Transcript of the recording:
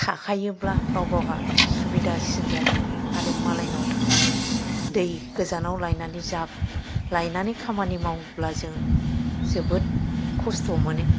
थाखायोब्ला गाव गावहा सुबिदासिन जायो आरो मालायनाव थांनानै दै गोजानाव लाइनानै जाब लायनानै खामानि मावब्ला जों जोबोद खस्थ' मोनो